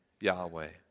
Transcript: Yahweh